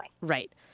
Right